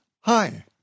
Hi